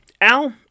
Al